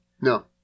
No